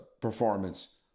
performance